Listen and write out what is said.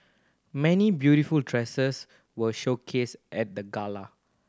many beautiful dresses were showcased at the gala